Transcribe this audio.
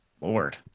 Lord